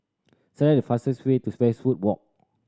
select the fastest way to Westwood Walk